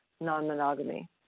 non-monogamy